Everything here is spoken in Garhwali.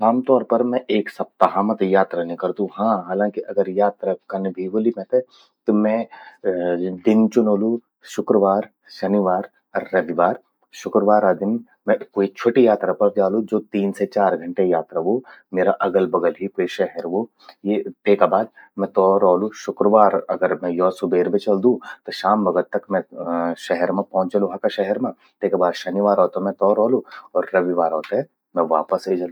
आमतौर पर मैं त एक सप्ताह मां यात्रा नि करदू हां हालंकि अगर यात्रा कन भि व्होलि मेते त मैं दिन चुनोलु शुक्रवार शनिवार, रविवार। शुक्रवारा दिन मैं क्वे छ्वोटि यात्रा पर जालु, स्वो तीन से चार घंटे यात्रा व्हो। म्येरा अगल बगल ही क्वे शहर व्हो। तेका बाद मैं तौ रोलू, शुक्रवार अगर मैं सुबेर बे चलदू, त शाम बगत तक मैं शहर मां पौंछ जलु, हका शहर मां। तेका बाद शनिवारो ते मैं तो रौलू अर रविवारो तो मैं वापस ए जलु।